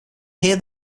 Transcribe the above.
hear